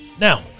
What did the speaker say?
Now